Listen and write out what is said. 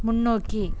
முன்னோக்கி